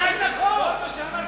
אז מה?